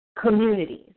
communities